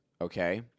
okay